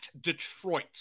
Detroit